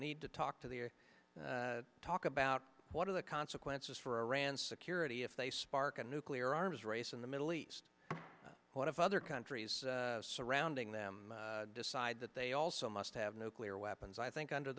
need to talk to the talk about what are the consequences for iran security if they spark a nuclear arms race in the middle east what if other countries surrounding them decide that they also must have nuclear weapons i think under